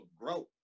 growth